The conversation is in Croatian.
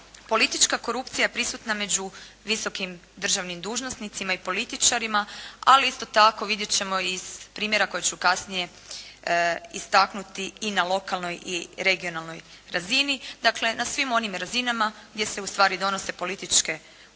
Politička korupcija prisutna među visokim državnim dužnosnicima i političarima, ali isto tako vidjeti ćemo i iz primjera koje ću kasnije istaknuti, i na lokalnoj i regionalnoj razini, dakle na svim onim razinama gdje se ustvari donose političke odluke,